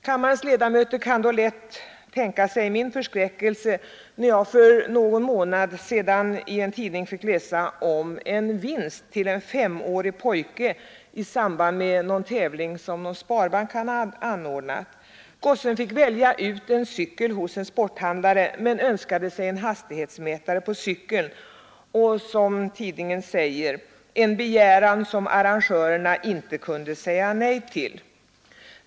Kammarens ledamöter kan då lätt tänka sig min förskräckelse när jag för någon månad sedan i en tidning fick läsa om en vinst till en femårig pojke i samband med en tävling som någon sparbank hade anordnat. Gossen fick välja ut en cykel hos en sporthandlare men önskade också en hastighetsmätare på cykeln, en begäran som, som tidningen säger, arrangörerna ”inte kunde säga nej till”.